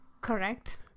correct